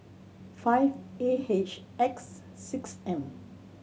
five A H X six M